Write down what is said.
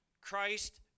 Christ